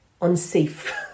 unsafe